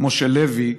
משה לוי,